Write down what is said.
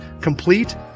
complete